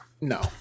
no